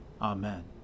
Amen